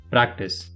Practice